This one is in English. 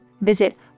Visit